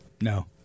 No